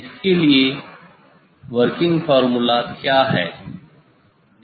इसके लिए working formula क्या है